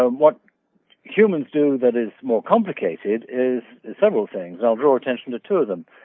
ah and what humans do that is more complicated is several things. i will draw attention to two of them.